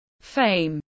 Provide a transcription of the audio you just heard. Fame